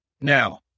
Now